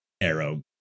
arrow